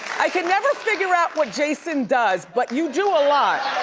i can never figure out what jason does but you do a lot.